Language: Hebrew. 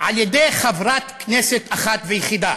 על-ידי חברת כנסת אחת ויחידה.